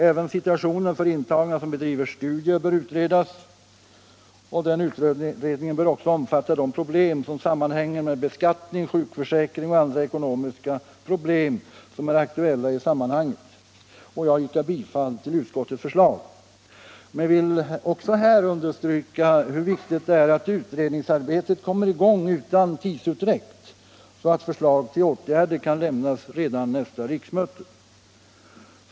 Även situationen för intagna som bedriver studier bör utredas. Utredningen bör också omfatta de problem som sammanhänger med beskattning, sjukförsäkring och andra ekonomiska frågor, som är aktuella i sammanhanget. Jag yrkar bifall till utskottets förslag, men vill också understryka vikten av att utredningsarbetet kommer i gång utan tidsutdräkt, så att förslag till åtgärder kan lämnas redan nästa riksmöte.